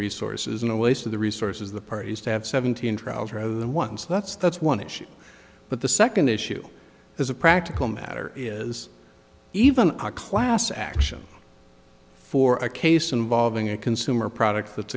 resources and a waste of the resources the parties to have seventeen trials rather than one so that's that's one issue but the second issue as a practical matter is even a class action for a case involving a consumer product that's